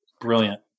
Brilliant